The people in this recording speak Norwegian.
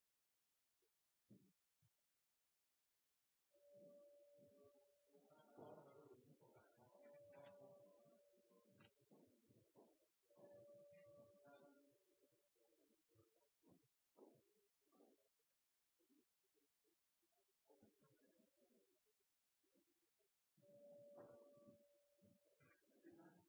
de begynner på